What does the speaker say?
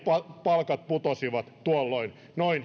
palkat putosivat tuolloin noin